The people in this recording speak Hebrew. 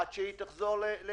עד שהיא תחזור לעבודתה.